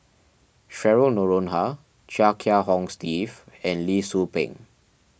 Cheryl Noronha Chia Kiah Hong Steve and Lee Tzu Pheng